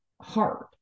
hard